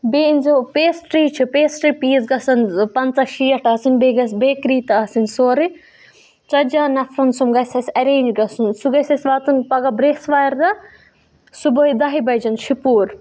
بیٚیہِ أنۍزیو پیسٹرٛی چھِ پیسٹرٛی پیٖس گژھَن پنٛژاہ شیٹھ آسٕنۍ بیٚیہِ گَژھِ بیکری تہٕ آسٕنۍ سورُے ژَتجی ہَن نَفرَن سُم گَژھِ اَسہِ اٮ۪رینٛج گژھُن سُہ گَژھِ اَسہِ واتُن پَگاہ برٛٮ۪سوارِ دۄہ صُبحٲے دَہہِ بَجہِ شِپوٗر